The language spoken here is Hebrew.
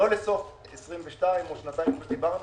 לא לאסוף 22 או שנתיים כפי שדיברנו,